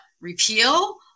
repeal